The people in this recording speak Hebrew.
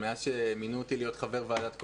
מאז שמינו אותי להיות חבר ועדת קורונה,